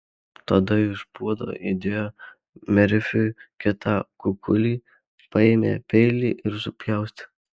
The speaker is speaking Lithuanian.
tada iš puodo įdėjo merfiui kitą kukulį paėmė peilį ir supjaustė